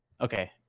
Okay